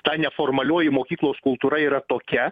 ta neformalioji mokyklos kultūra yra tokia